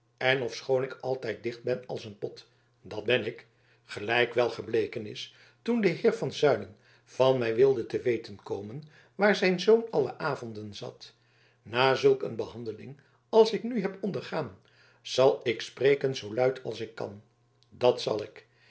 en ofschoon ik altijd dicht ben als een pot dat ben ik gelijk wel gebleken is toen de heer van zuylen van mij wilde te weten komen waar zijn zoon alle avonden zat na zulk een behandeling als ik nu heb ondergaan zal ik spreken zoo luid als ik kan dat zal ik